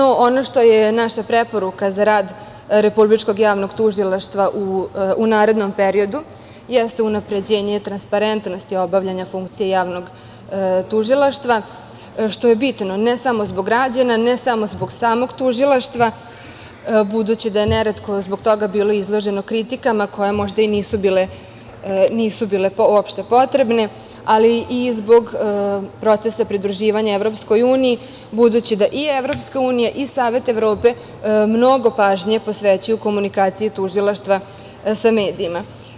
Ono što je naša preporuka za rad Republičkog javnog tužilaštva u narednom periodu jeste unapređenje transparentnosti obavljanja funkcije javnog tužilaštva, što je bitno ne samo zbog građana, ne samo zbog samog tužilaštva, budući da je neretko zbog toga bilo izloženo kritikama, koje možda i nisu bile uopšte potrebne, ali i zbog procesa pridruživanja Evropskoj uniji, budući da i Evropska unija i Savet Evrope mnoge pažnje posvećuju komunikaciji tužilaštva sa medijima.